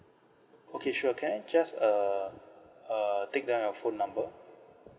okay sure can I just uh uh take down your phone number